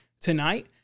tonight